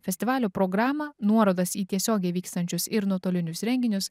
festivalio programą nuorodas į tiesiogiai vykstančius ir nuotolinius renginius